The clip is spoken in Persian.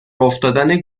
افتادن